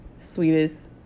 sweetest